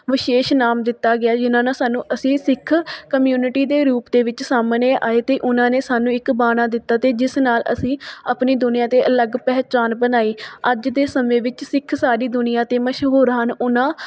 ਵਿਸ਼ੇਸ਼ ਨਾਮ ਦਿੱਤਾ ਗਿਆ ਜਿਨ੍ਹਾਂ ਨਾਲ ਸਾਨੂੰ ਅਸੀ ਸਿੱਖ ਕਮਿਊਨਿਟੀ ਦੇ ਰੂਪ ਦੇ ਵਿੱਚ ਸਾਹਮਣੇ ਆਏ ਅਤੇ ਉਹਨਾਂ ਨੇ ਸਾਨੂੰ ਇੱਕ ਬਾਣਾ ਦਿੱਤਾ ਅਤੇ ਜਿਸ ਨਾਲ ਅਸੀਂ ਆਪਣੀ ਦੁਨੀਆ 'ਤੇ ਅਲੱਗ ਪਹਿਚਾਣ ਬਣਾਈ ਅੱਜ ਦੇ ਸਮੇਂ ਵਿੱਚ ਸਿੱਖ ਸਾਰੀ ਦੁਨੀਆ 'ਤੇ ਮਸ਼ਹੂਰ ਹਨ ਉਹਨਾਂ